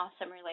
awesome